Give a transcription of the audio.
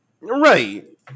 Right